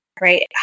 right